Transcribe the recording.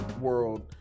world